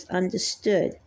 understood